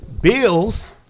Bills